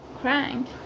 Crank